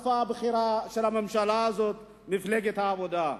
הממשלה הזאת, מפלגת העבודה.